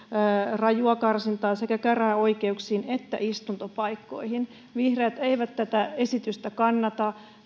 rajua karsintaa sekä käräjäoikeuksiin että istuntopaikkoihin vihreät eivät tätä esitystä kannata